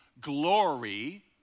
glory